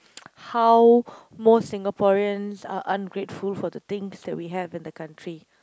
how most Singaporean are ungrateful for the things that we have in the country